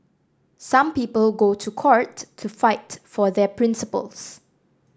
some people go to court to fight for their principles